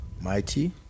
Mighty